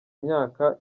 imyaka